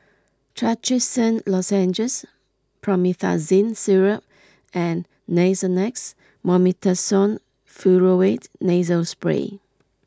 Trachisan Lozenges Promethazine Syrup and Nasonex Mometasone Furoate Nasal Spray